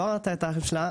לא ראתה את האחים שלה,